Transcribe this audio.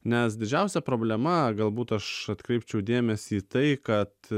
nes didžiausia problema galbūt aš atkreipčiau dėmesį į tai kad